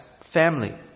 family